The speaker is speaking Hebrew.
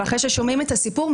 אחרי ששומעים את הסיפור,